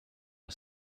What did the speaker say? are